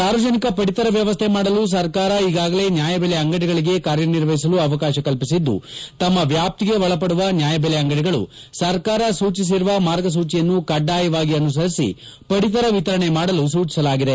ಸಾರ್ವಜನಿಕ ಪಡಿತರ ವ್ಯವಸ್ಥೆ ಮಾಡಲು ಸರ್ಕಾರ ಈಗಾಗಲೇ ನ್ಯಾಯಬೆಲೆ ಅಂಗಡಿಗಳಿಗೆ ಕಾರ್ಯನಿರ್ವಹಿಸಲು ಅವಹಾಶ ಕಲ್ಲಿಸಿದ್ದು ತಮ್ಮ ವ್ಯಾಪ್ತಿಗೆ ಒಳಪಡುವ ನ್ಯಾಯದೆಲೆ ಅಂಗಡಿಗಳು ಸರ್ಕಾರ ಸೂಚಿಸಿರುವ ಮಾರ್ಗಸೂಚಿಯನ್ನು ಕಡ್ಡಾಯವಾಗಿ ಅನುಸರಿಸಿ ಪಡಿತರ ವಿತರಣೆ ಮಾಡಲು ಸೂಚಿಸಲಾಗಿದೆ